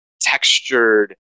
textured